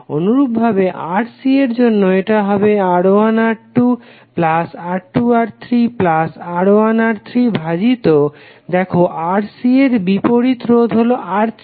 অনুরূপভাবে Rc এর জন্য এটা হবে R1R2R2R3R1R3 ভাজিত দেখো Rc এর বিপরীত রোধ হলো R3